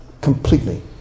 completely